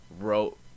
wrote